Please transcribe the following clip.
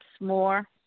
more